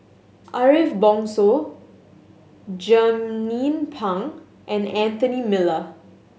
Ariff Bongso Jernnine Pang and Anthony Miller